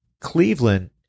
Cleveland